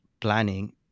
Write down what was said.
planning